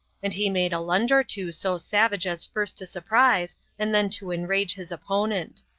and he made a lunge or two so savage as first to surprise and then to enrage his opponent.